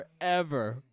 forever